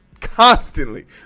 constantly